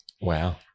Wow